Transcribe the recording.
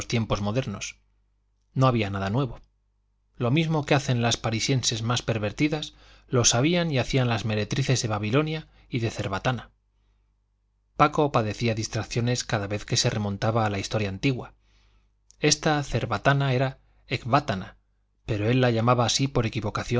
tiempos modernos no había nada nuevo lo mismo que hacen las parisienses más pervertidas lo sabían y hacían las meretrices de babilonia y de cerbatana paco padecía distracciones cada vez que se remontaba a la historia antigua esta cerbatana era ecbátana pero él la llamaba así por